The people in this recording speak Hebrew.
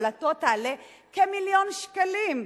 הפעלתו תעלה כמיליון שקלים.